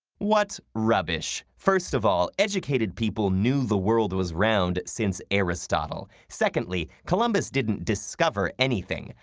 what rubbish. first of all, educated people knew the world was round since aristotle. secondly, columbus didn't discover anything.